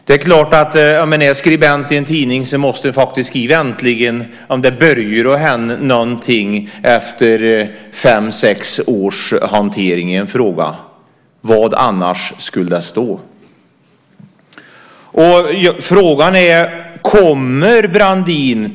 Om man är skribent i en tidning måste man skriva äntligen om det börjar hända någonting efter fem, sex års hantering i en fråga. Vad annars skulle det stå?